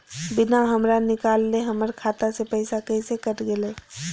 बिना हमरा निकालले, हमर खाता से पैसा कैसे कट गेलई?